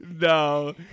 No